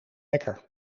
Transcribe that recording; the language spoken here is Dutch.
wekker